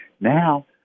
Now